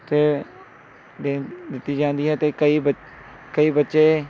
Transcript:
ਅਤੇ ਦੇ ਦਿੱਤੀ ਜਾਂਦੀ ਹੈ ਅਤੇ ਕਈ ਬੱਚ ਕਈ ਬੱਚੇ